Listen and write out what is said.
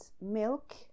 milk